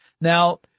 Now